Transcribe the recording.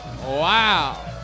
Wow